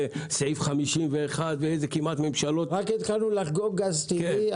סעיף 51 --- רק התחלנו לחגוג גז טבעי,